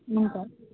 हुन्छ